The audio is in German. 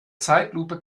zeitlupe